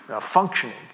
functioning